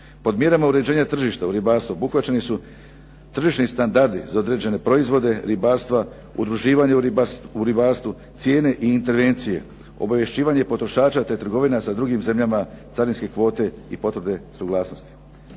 Podmireno uređenog tržišta u ribarstvu obuhvaćeni su tržišni standardi za određene proizvode ribarstva, udruživanje u ribarstvu, cijene i intervencije, obavješćivanje potrošača, te trgovina sa drugim zemljama carinske kvote i potvrde suglasnosti.